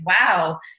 wow